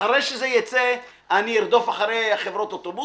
אחרי שזה ייצא, אני ארדוף אחרי חברות אוטובוסים,